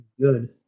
good